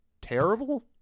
terrible